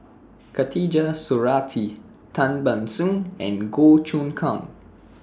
Khatijah Surattee Tan Ban Soon and Goh Choon Kang